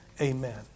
Amen